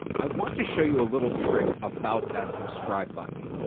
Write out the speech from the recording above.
i want to show you a little trick about that subscribe button.